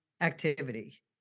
activity